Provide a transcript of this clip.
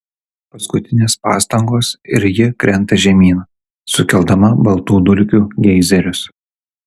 paskutinės pastangos ir ji krenta žemyn sukeldama baltų dulkių geizerius